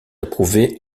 approuvée